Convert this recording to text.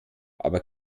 aber